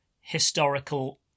historical